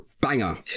Banger